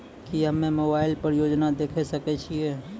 की हम्मे मोबाइल पर योजना देखय सकय छियै?